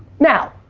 now,